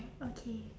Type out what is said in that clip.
okay